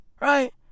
Right